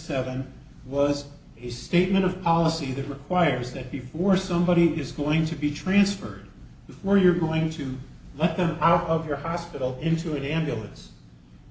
seven was a statement of policy that requires that before somebody is going to be transferred before you're going to let them out of your hospital into it ambulance